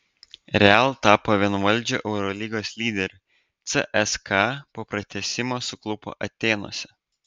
real tapo vienvaldžiu eurolygos lyderiu cska po pratęsimo suklupo atėnuose